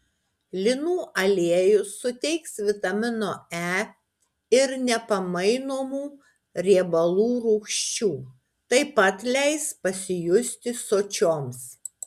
linų aliejus suteiks vitamino e ir nepamainomų riebalų rūgščių taip pat leis pasijusti sočioms